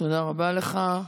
תודה רבה לך.